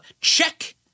check